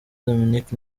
dominic